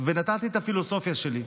ונתתי את הפילוסופיה שלי.